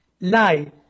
lie